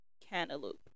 cantaloupe